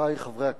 חברי חברי הכנסת,